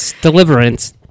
Deliverance